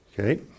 Okay